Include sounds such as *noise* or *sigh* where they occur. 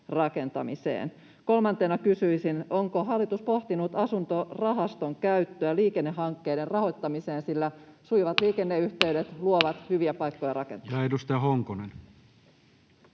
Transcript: asuntorakentamiseen. Kolmantena kysyisin, onko hallitus pohtinut asuntorahaston käyttöä liikennehankkeiden rahoittamiseen, *noise* sillä sujuvat liikenneyhteydet luovat hyviä paikkoja rakentaa. [Speech